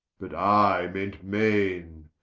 but i meant maine,